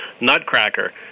nutcracker